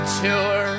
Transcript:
tour